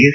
S